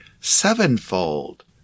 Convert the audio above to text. sevenfold